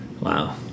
Wow